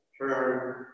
turn